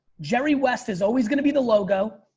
jerry west is always gonna be the logo.